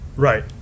right